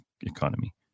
economy